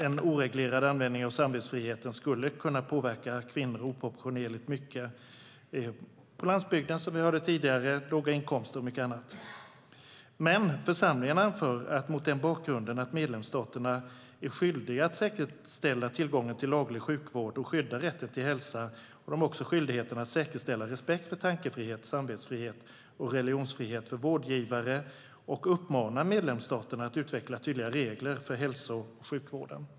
En oreglerad användning av samvetsfriheten skulle kunna påverka kvinnor oproportionerligt mycket. Vi hörde tidigare om landsbygden, låga inkomster och mycket annat. Men församlingen anför mot den bakgrunden att medlemsstaterna är skyldiga att säkerställa tillgång till laglig sjukvård och att skydda rätten till hälsa. De har också skyldigheten att säkerställa respekt för tankefrihet, samvetsfrihet och religionsfrihet för vårdgivare. Man uppmanar medlemsstaterna att utveckla tydliga regler för hälso och sjukvården.